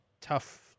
tough